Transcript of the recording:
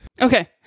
Okay